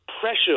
pressure